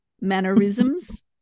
mannerisms